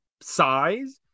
size